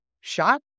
shot